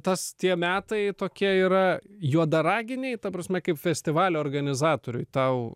tas tie metai tokia yra juodaraginiai ta prasme kaip festivalio organizatoriui tau